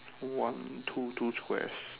one two two squares